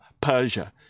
Persia